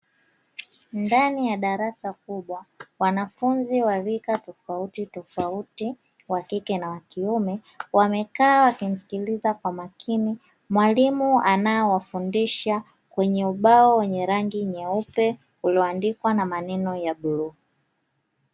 Ndani ya darasa kubwa, wanafunzi wa rika tofauti tofauti, wa kike na wa kiume, wamekaa wakimsikiliza kwa makini mwalimu anaowafundisha kwenye ubao wenye rangi nyeupe ulioandikwa na maneno ya bluu.